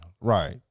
Right